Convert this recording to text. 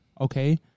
Okay